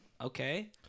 okay